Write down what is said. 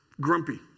grumpy